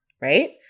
right